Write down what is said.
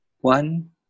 one